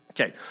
Okay